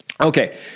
Okay